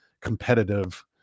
competitive